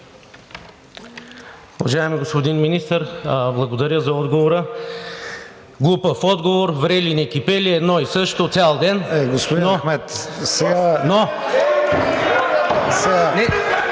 Уважаеми господин Министър, благодаря за отговора. Глупав отговор, врели-некипели, едно и също цял ден. ПРЕДСЕДАТЕЛ